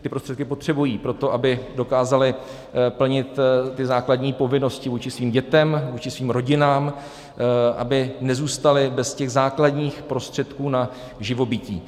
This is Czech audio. Ty prostředky potřebují proto, aby dokázali plnit základní povinnosti vůči svým dětem, vůči svým rodinám, aby nezůstali bez základních prostředků na živobytí.